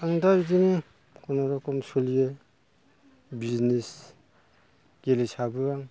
आं दा बिदिनो खुनुरुखम सोलियो बिजिनेस गेले साबो आं